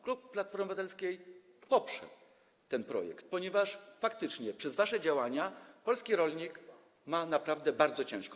Klub Platformy Obywatelskiej poprze ten projekt, ponieważ faktycznie przez wasze działania polski rolnik naprawdę ma teraz bardzo ciężko.